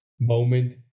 moment